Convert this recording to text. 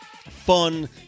fun